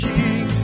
King